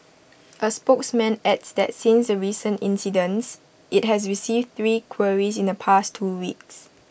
A spokesman adds that since the recent incidents IT has received three queries in the past two weeks